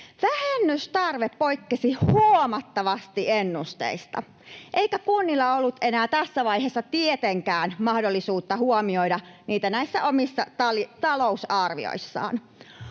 Vähennystarve poikkesi huomattavasti ennusteista, eikä kunnilla ollut enää tässä vaiheessa tietenkään mahdollisuutta huomioida niitä omissa talousarvioissaan.